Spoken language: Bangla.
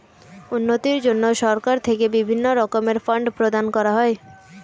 উন্নতির জন্য সরকার থেকে বিভিন্ন রকমের ফান্ড প্রদান করা হয়